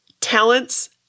talents